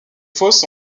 fosses